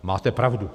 Máte pravdu.